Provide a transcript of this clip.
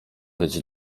być